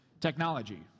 technology